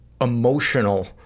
emotional